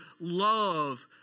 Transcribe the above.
love